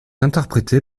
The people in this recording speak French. interprétée